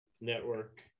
Network